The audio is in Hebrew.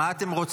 תודה לך, השרה.